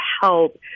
help